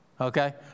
okay